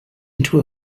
into